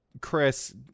chris